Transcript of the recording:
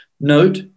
Note